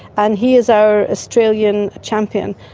and he is our australian champion.